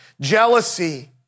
jealousy